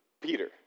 Peter